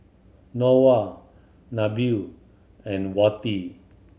Noah Nabil and Wati